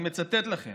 אני מצטט לכם